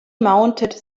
mounted